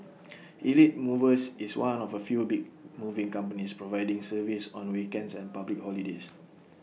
elite movers is one of A few big moving companies providing service on weekends and public holidays